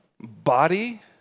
body